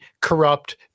corrupt